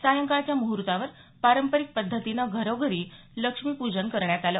सायंकाळच्या मुहूर्तावर पारंपरिक पद्धतीनं घरोघरी लक्ष्मीपूजन करण्यात आलं